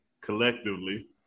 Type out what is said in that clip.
collectively